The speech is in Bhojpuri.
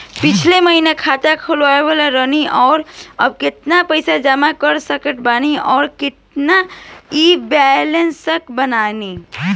पिछला महीना खाता खोलवैले रहनी ह और अब केतना पैसा जमा कर सकत बानी आउर केतना इ कॉलसकत बानी?